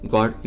God